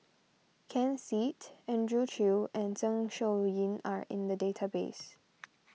Ken Seet Andrew Chew and Zeng Shouyin are in the database